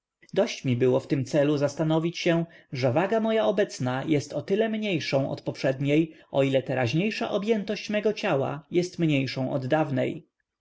dość mi było w tym celu zastanowić się że waga moja obecna jest o tyle mniejszą od poprzedniej o ile teraźniejsza objętość mego ciała jest mniejszą od dawnej